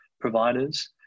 providers